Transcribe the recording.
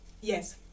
Yes